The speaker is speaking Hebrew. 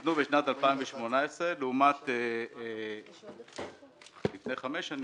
שניתנו בשנת 2018 לעומת לפני חמש שנים.